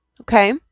Okay